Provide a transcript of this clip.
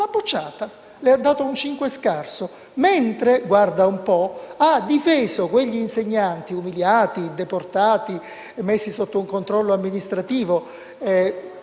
le ha dato un cinque scarso, mentre, guarda un po', ha difeso tutti quegli insegnanti umiliati, deportati, messi sotto un controllo amministrativo